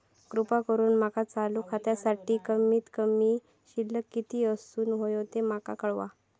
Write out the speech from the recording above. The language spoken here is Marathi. कृपा करून माका चालू खात्यासाठी कमित कमी शिल्लक किती असूक होया ते माका कळवा